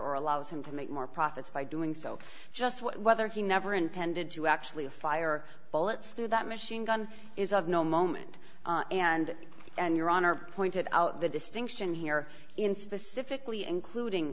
or allows him to make more profits by doing so just whether he never intended to actually fire bullets through that machine gun is of no moment and and your honor pointed out the distinction here in specifically including